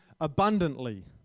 abundantly